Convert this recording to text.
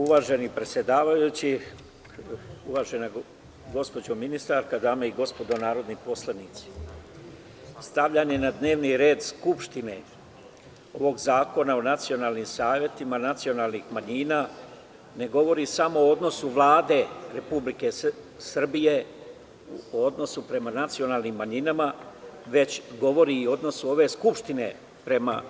Uvaženi predsedavajući, uvažena gospođo ministarka, dame i gospodo narodni poslanici, stavljanje na dnevni red Skupštine ovog Zakona o nacionalnim savetima nacionalnih manjina ne govori samo o odnosu Vlade Republike Srbije prema nacionalnim manjinama, već govori i o odnosu ove Skupštine prema